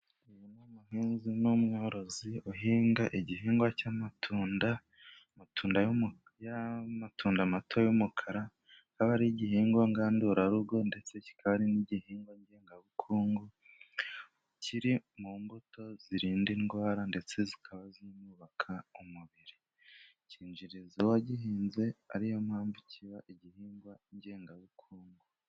Uyu ni umuhinzi n'umworozi uhinga igihingwa cy'amatunda, y'amatunda mato y'umukaraba, kikaba ari igihingwa ngandurarugo ndetse kikaba n'igihingwa ngengabukungu, kiri mu mbuto zirinda indwara ndetse zikaba zubaka umubiri, kinjiriza uwagihinze ari yo mpamvu kiba igihingwa ngengabukungu.